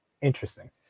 interesting